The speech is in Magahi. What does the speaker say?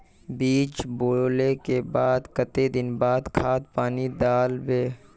बीज बोले के बाद केते दिन बाद खाद पानी दाल वे?